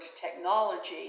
technology